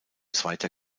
zweiter